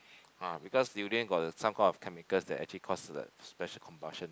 ah because durian got some kind of chemical that actually cause the special combustion